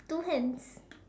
two hands